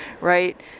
right